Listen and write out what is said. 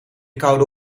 koude